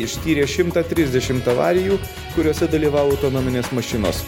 ištyrė šimtą trisdešimt avarijų kuriose dalyvavo autonominės mašinos